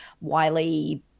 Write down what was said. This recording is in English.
Wiley